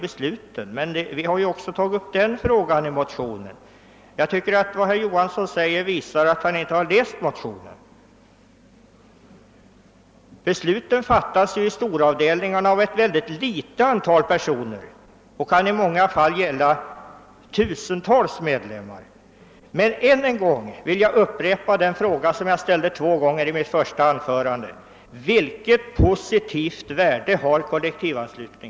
Även den frågan har vi tagit upp i motionen. Jag tycker att vad herr Johansson säger visar att han inte läst den. Besluten fattas kanske i storavdelningar av ett mycket litet antal personer och kan i många fall gälla tusentals medlemmar. Till sist vill jag ännu en gång upprepa den fråga som jag ställde två gånger i mitt första anförande: Vilket positivt värde har kollektivanslutningen?